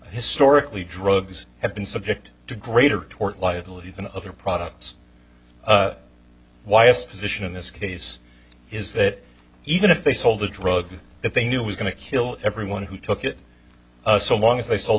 historically drugs have been subject to greater tort liability than other products why is position in this case is that even if they sold a drug that they knew was going to kill everyone who took it so long as they sold